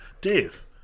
dave